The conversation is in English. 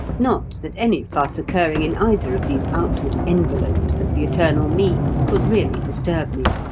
not that any fuss occurring in either of these outward envelopes of the eternal me could really disturb me.